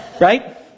Right